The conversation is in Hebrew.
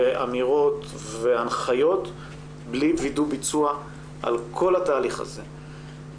אמירות והנחיות בלי וידוא ביצוע על כל התהליך הזה.